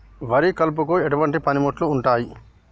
వరి కలుపుకు ఎటువంటి పనిముట్లు ఉంటాయి?